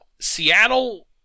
Seattle